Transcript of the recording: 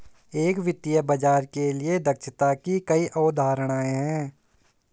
एक वित्तीय बाजार के लिए दक्षता की कई अवधारणाएं हैं